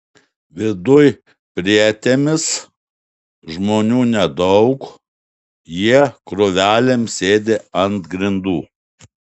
viduj prietėmis žmonių nedaug jie krūvelėm sėdi ant grindų